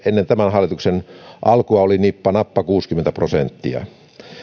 ennen tämän hallituksen alkua oli nippanappa kuusikymmentä prosenttia